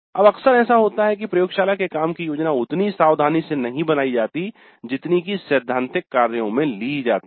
अब अक्सर ऐसा होता है कि प्रयोगशाला के काम की योजना उतनी सावधानी से नहीं बनाई जाती जितनी कि सैद्धांतिक कार्यों में ली जाती है